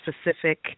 specific